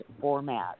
format